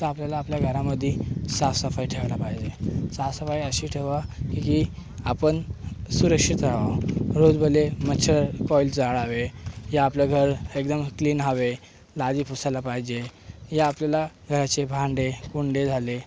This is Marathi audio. तर आपल्याला आपल्या घरामध्ये साफसफाई ठेवायला पाहिजे साफसफाई अशी ठेवा की आपण सुरक्षित रहावं रोज भले मच्छर कॉइल जाळावे या आपलं घर एकदम क्लीन हवे लादी पुसायला पाहिजे या आपल्याला घराचे भांडेकुंडे झाले